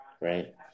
Right